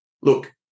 look